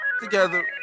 together